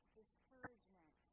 discouragement